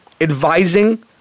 advising